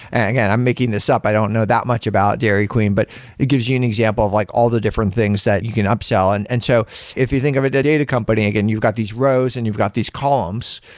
and i'm making this up. i don't know that much about dairy queen, but it gives you an example of like all the different things that you can upsell. and and so if you think of a data company, again, you've got these rows and you've got these columns.